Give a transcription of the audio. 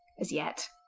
as yet.